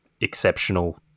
exceptional